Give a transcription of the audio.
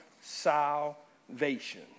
salvation